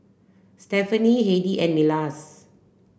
Stefani Heidy and Milas